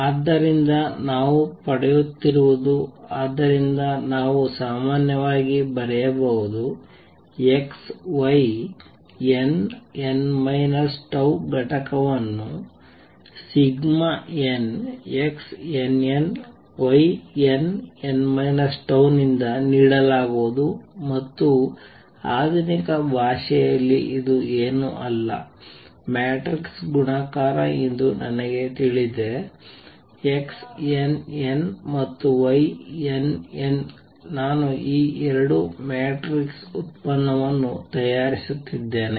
ಆದ್ದರಿಂದ ನಾವು ಪಡೆಯುತ್ತಿರುವುದು ಆದ್ದರಿಂದ ನಾನು ಸಾಮಾನ್ಯವಾಗಿ ಬರೆಯಬಹುದು X Y nn τ ಘಟಕವನ್ನು nXnnYnn τ ನಿಂದ ನೀಡಲಾಗುವುದು ಮತ್ತು ಆಧುನಿಕ ಭಾಷೆಯಲ್ಲಿ ಇದು ಏನೂ ಅಲ್ಲ ಮ್ಯಾಟ್ರಿಕ್ಸ್ ಗುಣಾಕಾರ ಎಂದು ನನಗೆ ತಿಳಿದಿದೆ Xn n' ಮತ್ತು Yn n' ನಾನು ಈ 2 ಮ್ಯಾಟ್ರಿಕ್ಸ್ ಉತ್ಪನ್ನವನ್ನು ತಯಾರಿಸುತ್ತಿದ್ದೇನೆ